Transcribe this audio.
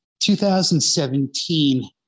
2017